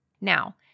Now